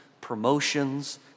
promotions